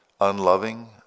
unloving